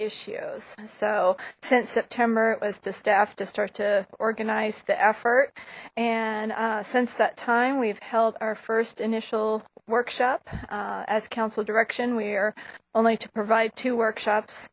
issues so since september it was the staff to start to organize the effort and since that time we've held our first initial workshop as council direction we're only to provide two workshops